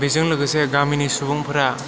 बेजों लोगोसे गामिनि सुबुंफ्रा